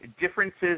differences